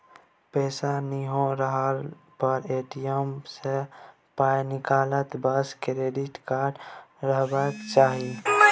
पैसा नहियो रहला पर ए.टी.एम सँ पाय निकलतौ बस क्रेडिट कार्ड रहबाक चाही